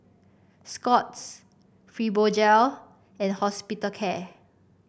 Scott's Fibogel and Hospitalcare